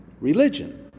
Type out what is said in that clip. religion